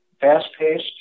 fast-paced